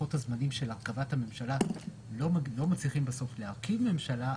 ללוחות הזמנים של הרכבת הממשלה לא מצליחים בסוף להרכיב ממשלה,